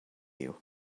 you